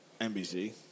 NBC